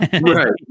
right